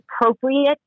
appropriate